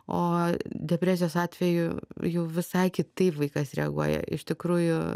o depresijos atveju jau visai kitaip vaikas reaguoja iš tikrųjų